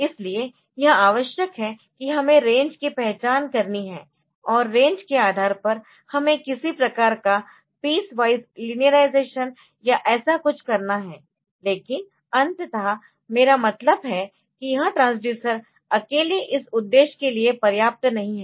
इसलिए यह आवश्यक है कि हमें रेंज की पहचान करनी है और रेंज के आधार पर हमें किसी प्रकार का पीसवाइज लीनियरायज़ेशन या ऐसा कुछ करना है लेकिन अंततः मेरा मतलब है कि यह ट्रांसड्यूसर अकेले इस उद्देश्य के लिए पर्याप्त नहीं है